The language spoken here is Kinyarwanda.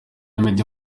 meddie